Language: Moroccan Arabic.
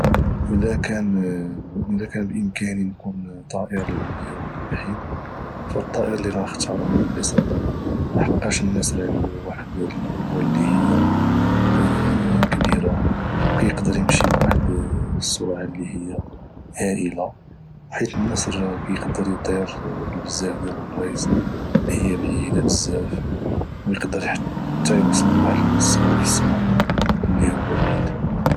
الى كان بامكاني نكون طائر ليوم واحد فالطائر اللي غنختار هو النسر لحقاش النسر عندو واحد القوة اللي هي كبيرة او كيقدر امشي بواحد السرعة اللي هي هائلة وحيت النسر كيقدر اطير لبزاف ديال البلايص اللي هي بعيدة بزاف وكيقدر حتى يوصل لواحد المستوى في السما اللي هو بعيد